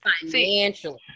Financially